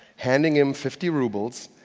handing him fifty rubles.